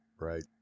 Right